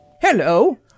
Hello